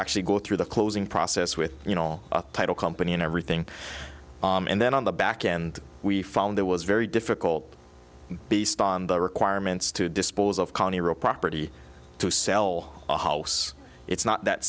actually go through the closing process with you know title company and everything and then on the back end we found it was very difficult beast on the requirements to dispose of cannae real property to sell a house it's not that